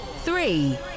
three